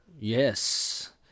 Yes